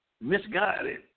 misguided